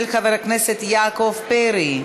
של חבר הכנסת יעקב פרי.